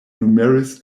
numerous